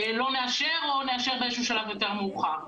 לא נאשר או נאשר בשלב יותר מאוחר.